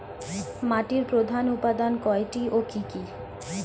মাটির প্রধান উপাদান কয়টি ও কি কি?